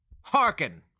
Hearken